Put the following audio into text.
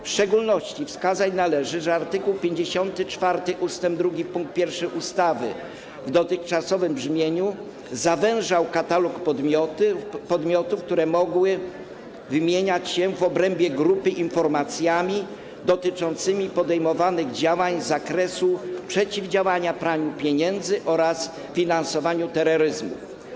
W szczególności wskazać należy, że art. 54 ust. 2 pkt 1 ustawy w dotychczasowym brzmieniu zawężał katalog podmiotów, które mogły wymieniać się w obrębie grupy informacjami dotyczącymi podejmowanych działań z zakresu przeciwdziałania praniu pieniędzy oraz finansowaniu terroryzmu.